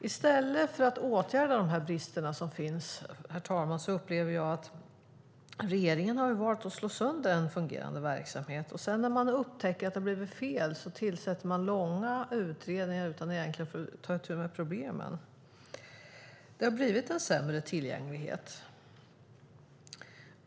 I stället för att åtgärda de brister som finns, herr talman, upplever jag att regeringen har valt att slå sönder en fungerande verksamhet och sedan, när man upptäcker att det har blivit fel, tillsätter man långa utredningar utan att egentligen ta itu med problemen. Det har blivit sämre tillgänglighet.